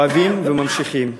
כואבים וממשיכים,